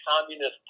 communist